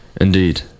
Indeed